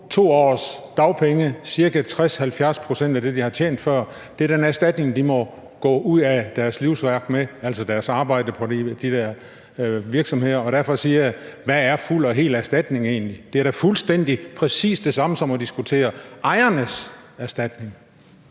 2 års dagpenge; ca. 60-70 pct. af det, de har tjent før, er den erstatning, de må gå ud af deres livsværk med, altså deres arbejde i de der virksomheder. Derfor siger jeg: Hvad er fuld og hel erstatning egentlig? Det er da fuldstændig præcis det samme som at diskutere ejernes erstatning.